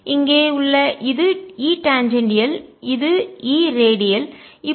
இங்கே உள்ள இது E டாஞ்சேண்டியால் மின் தொடுநிலை இது E ரேடியல் மின் ரேடியல்